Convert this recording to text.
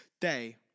day